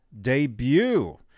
debut